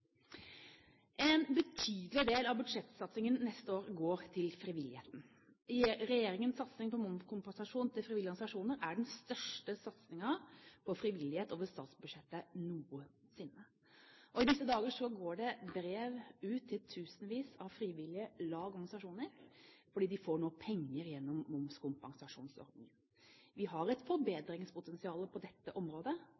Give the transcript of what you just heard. En betydelig del av budsjettsatsingen neste år går til frivilligheten. Regjeringens satsing på momskompensasjon til frivillige organisasjoner er den største satsingen på frivillighet over statsbudsjettet noensinne. I disse dager går det brev ut til tusenvis av frivillige lag og organisasjoner, fordi de får nå penger gjennom momskompensasjonsordningen. Vi har et